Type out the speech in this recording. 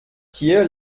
tier